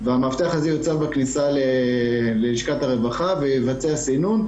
והמאבטח הזה יוצא ללשכת הרווחה ומבצע סינון.